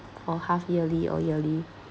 or half yearly or yearly